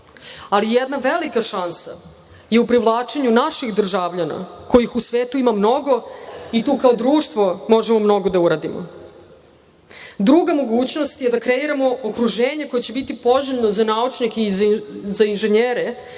ali jedna velika šansa je u privlačenju naših državljana, kojih u svetu ima mnogo, i tu kao društvo možemo mnogo da uradimo. Druga mogućnost je da kreiramo okruženje koje će biti poželjno za naučnike i inženjere